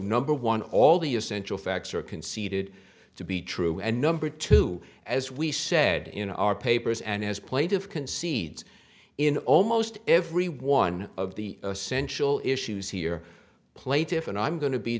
number one all the essential facts are conceded to be true and number two as we said in our papers and as plaintive concedes in almost every one of the essential issues here plaintiffs and i'm going to be